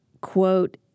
Quote